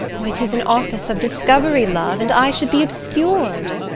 why, tis an office of discovery, love, and i should be obscur'd.